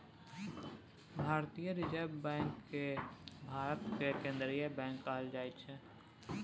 भारतीय reserve bank केँ भारतक केंद्रीय बैंक कहल जाइ छै